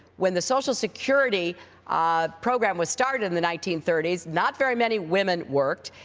when the social security program was started in the nineteen thirty s, not very many women worked.